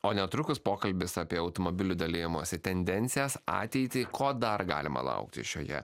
o netrukus pokalbis apie automobilių dalijimosi tendencijas ateitį ko dar galima laukti šioje